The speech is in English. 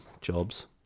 jobs